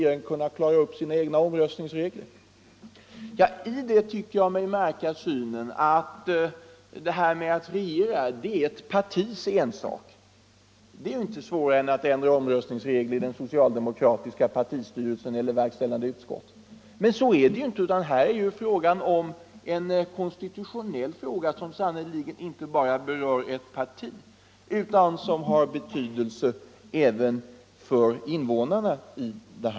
I det resonemanget tycker jag mig märka synen att detta med att regera är ett partis ensak och det skulle inte vara svårare att ändra omröstningsreglerna inom regeringen än i den socialdemokratiska partistyrelsen. Men så är det inte, därför att här gäller det en konstitutionell fråga som sannerligen inte bara berör ett parti, utan som har betydelse för invånarna i landet.